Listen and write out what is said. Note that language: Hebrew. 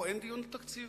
פה אין דיון תקציב.